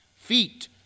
feet